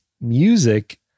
music